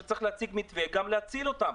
שצריך להציג מתווה כדי להציל אותם,